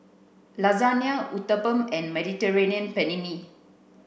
Lasagne Uthapam and Mediterranean Penne